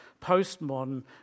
post-modern